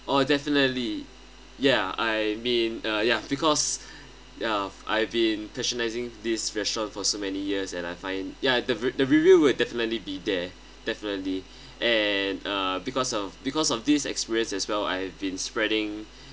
oh definitely yeah I mean uh yeah because uh I've been patronizing this restaurant for so many years and I find ya the re~ the review would definitely be there definitely and uh because of because of this experience as well I've been spreading